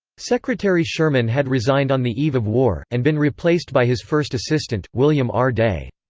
secretary sherman had resigned on the eve of war, and been replaced by his first assistant, william r. day.